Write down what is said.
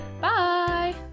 Bye